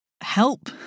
help